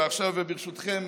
ועכשיו ברשותכם,